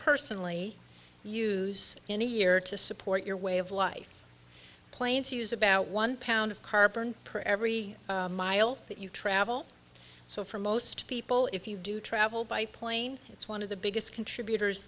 personally use in a year to support your way of life planes use about one pound of carbon per every mile that you travel so for most people if you do travel by plane it's one of the biggest contributors